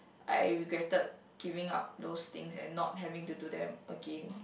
I regretted giving up those things and not having to do them again